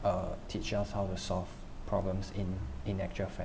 uh teach us how to solve problems in in actual fact